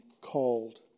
called